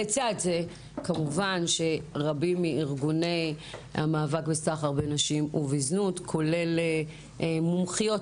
לצד זה כמובן שרבים מארגוני המאבק בסחר בנשים ובזנות כולל מומחיות,